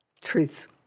truth